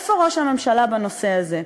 איפה ראש הממשלה בנושא הזה.